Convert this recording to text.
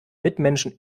mitmenschen